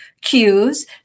cues